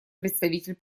представитель